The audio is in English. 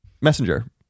Messenger